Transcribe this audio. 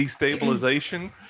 destabilization